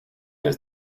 does